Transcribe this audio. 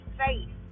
face